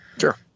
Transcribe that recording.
Sure